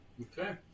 okay